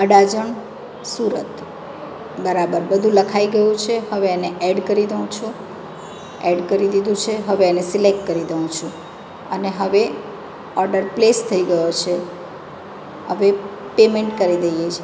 અડાજણ સુરત બરાબર બધું લખાઈ ગયું છે હવે એને એડ કરી દઉં છું એડ કરી દીધું છે હવે એને સિલેક્ટ કરી દઉં છું અને હવે ઓર્ડર પ્લેસ થઈ ગયો છે હવે પેમેન્ટ કરી દઈએ છીએ